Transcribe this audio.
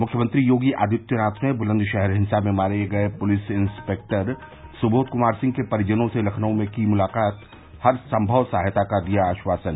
मुख्यमंत्री योगी आदित्यनाथ ने बुलन्दशहर हिंसा में मारे गये पुलिस इंस्पेक्टर सुबोध कुमार सिंह के परिजनों से लखनऊ में की मुलाकात हर संभव सहायता का दिया आश्वासन